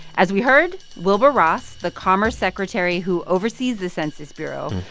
as we heard, wilbur ross, the commerce secretary who oversees the census bureau,